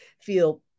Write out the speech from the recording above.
feel